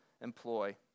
employ